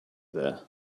there